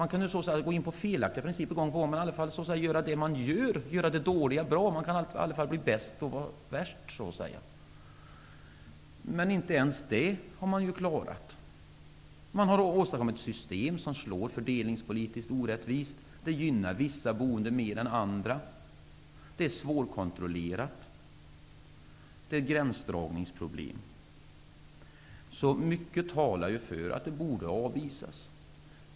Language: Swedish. Man skulle kunna tillämpa felaktiga principer gång på gång, men i alla fall göra det dåliga bra. Man kan i alla fall så att säga bli bäst på att vara värst. Inte ens det har de klarat. De har åstadkommit ett system som slår fördelningspolitiskt orättvist. Det gynnar vissa boende mer än andra. Det är svårkontrollerat. Det finns gränsdragningsproblem. Mycket talar för att det borde avvisas.